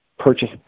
purchase